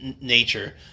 nature